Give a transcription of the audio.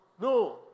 no